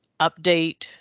update